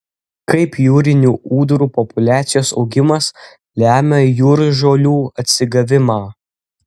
kaip jūrinių ūdrų populiacijos augimas lemia jūržolių atsigavimą